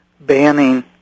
banning